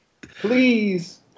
Please